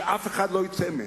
שאף אחד לא יצא מהם.